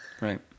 Right